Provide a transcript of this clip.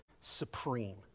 supreme